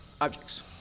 objects